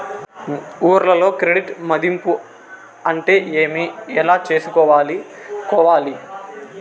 ఊర్లలో క్రెడిట్ మధింపు అంటే ఏమి? ఎలా చేసుకోవాలి కోవాలి?